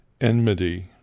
enmity